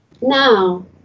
Now